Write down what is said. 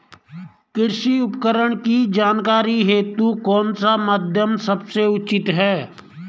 कृषि उपकरण की जानकारी हेतु कौन सा माध्यम सबसे उचित है?